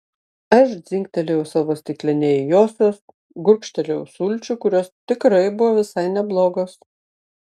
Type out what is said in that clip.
aš dzingtelėjau savo stikline į josios gurkštelėjau sulčių kurios tikrai buvo visai neblogos